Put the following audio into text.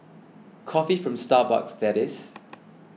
coffee from Starbucks that is